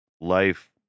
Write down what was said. life